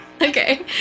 okay